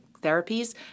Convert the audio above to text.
therapies